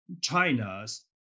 china's